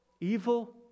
Evil